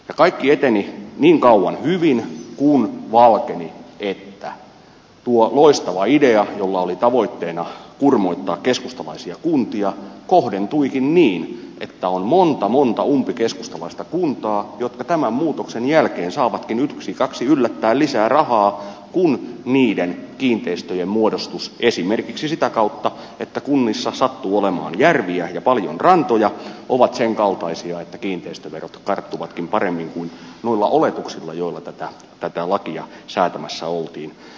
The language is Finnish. kaikki eteni niin kauan hyvin kunnes valkeni että tuo loistava idea jolla oli tavoitteena kurmoittaa keskustalaisia kuntia kohdentuikin niin että on monta monta umpikeskustalaista kuntaa jotka tämän muutoksen jälkeen saavatkin yksi kaksi yllättäin lisää rahaa kun niiden kiinteistöjen muodostus esimerkiksi sitä kautta että kunnissa sattuu olemaan järviä ja paljon rantoja ovat senkaltaisia että kiinteistöverot karttuvatkin paremmin kuin noilla oletuksilla joilla tätä lakia säätämässä oltiin